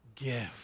gift